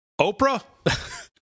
oprah